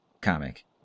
comic